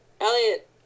Elliot